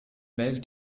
wählt